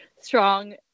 strong